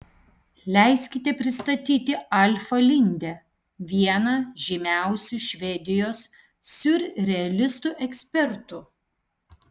leiskite pristatyti alfą lindę vieną žymiausių švedijos siurrealistų ekspertų